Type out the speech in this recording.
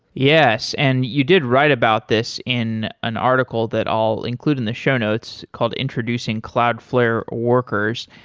yes, and you did write about this in an article that i'll include in the show notes called introducing cloudflare workers,